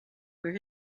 where